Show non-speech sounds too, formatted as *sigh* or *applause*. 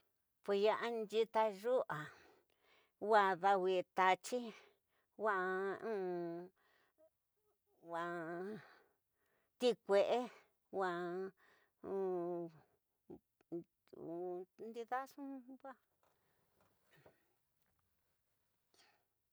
Pues ya'a nyita yu'a, wa'a dawi tatyi wa'a, *hesitation* ti kue'e, wa'a *hesitation* ndi nxu wa